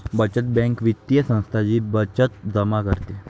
बचत बँक वित्तीय संस्था जी बचत जमा करते